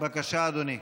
בבקשה, אדוני.